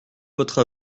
votre